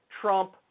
Trump